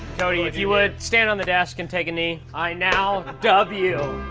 cody, if you would stand on the desk and take a knee, i now dub you,